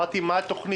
שאלתי מה התוכנית.